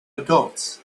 adults